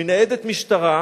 מניידת משטרה,